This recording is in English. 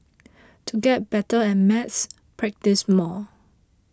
to get better at maths practise more